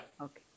Okay